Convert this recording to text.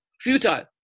Futile